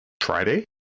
Friday